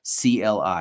CLI